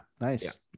nice